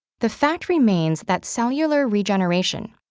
the fact remains that cellular regeneration,